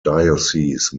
diocese